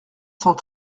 cent